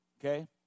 Okay